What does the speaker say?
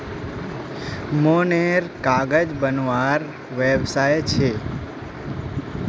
मोहनेर कागज बनवार व्यवसाय छे